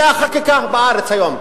זה החקיקה בארץ היום.